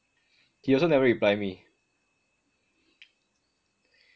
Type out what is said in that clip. he also never reply me